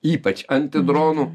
ypač antidronų